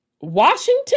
Washington